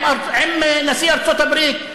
עם נשיא ארצות-הברית.